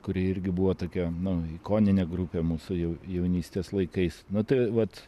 kuri irgi buvo tokia nu ikoninė grupė mūsų jau jaunystės laikais nu tai vat